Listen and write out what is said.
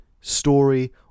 story